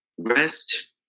Rest